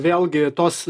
vėlgi tos